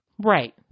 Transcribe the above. Right